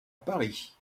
paris